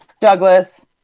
Douglas